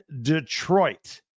Detroit